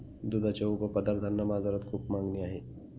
दुधाच्या उपपदार्थांना बाजारात खूप मागणी आहे